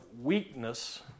weakness